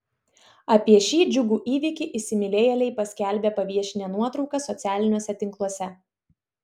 apie šį džiugų įvykį įsimylėjėliai paskelbė paviešinę nuotraukas socialiniuose tinkluose